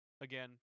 again